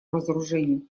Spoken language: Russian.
разоружению